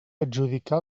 adjudicar